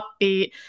upbeat